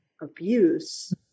abuse